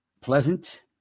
pleasant